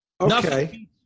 okay